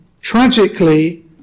tragically